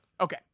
Okay